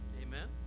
amen